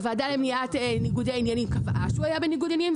והוועדה למניעת ניגודי עניינים קבעה שהוא היה בניגוד עניינים,